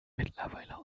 mittlerweile